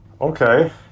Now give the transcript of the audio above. Okay